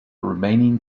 remaining